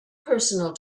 personal